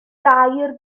dair